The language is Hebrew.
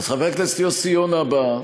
חבר הכנסת יוסי יונה בא,